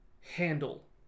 handle